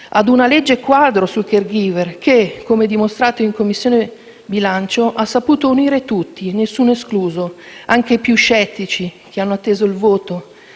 ad una legge quadro sui *caregiver* che, come dimostrato in Commissione bilancio, ha saputo unire tutti, nessuno escluso, anche i più scettici che hanno atteso il voto